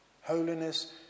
Holiness